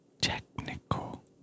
technical